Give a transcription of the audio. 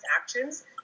actions